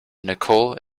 nicole